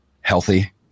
healthy